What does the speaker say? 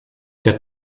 der